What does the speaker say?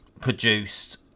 produced